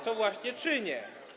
Co właśnie czynię.